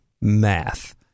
math